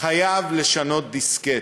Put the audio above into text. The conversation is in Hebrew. חייב לשנות דיסקט.